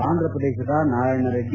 ಆಂಧ್ರಪ್ರದೇಶದ ನಾರಾಯಣರೆಡ್ಡಿ